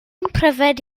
pryfed